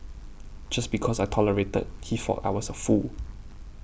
just because I tolerated he thought I was a fool